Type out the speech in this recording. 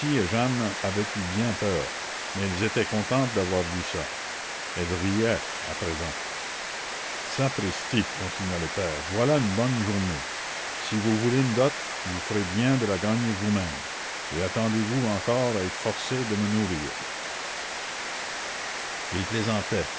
jeanne avaient eu bien peur mais elles étaient contentes d'avoir vu ça elles riaient à présent sapristi continua le père voilà une bonne journée si vous voulez une dot vous ferez bien de la gagner vous-mêmes et attendez-vous encore à être forcées de me nourrir il plaisantait